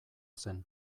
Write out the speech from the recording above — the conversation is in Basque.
zen